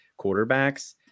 quarterbacks